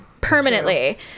permanently